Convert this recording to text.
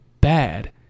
bad